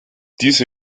diese